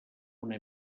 una